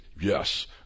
Yes